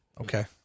Okay